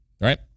Right